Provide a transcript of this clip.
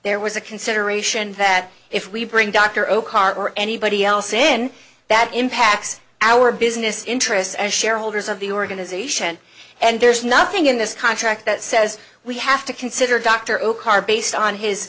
there was a consideration that if we bring dr ocar or anybody else in that impacts our business interests as shareholders of the organization and there's nothing in this contract that says we have to consider dr ocar based on his